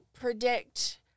predict